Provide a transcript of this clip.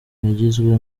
yagizwe